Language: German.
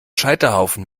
scheiterhaufen